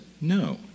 No